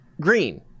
Green